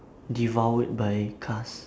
devoured by cars